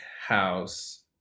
house